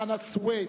חנא סוייד,